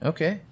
Okay